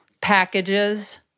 packages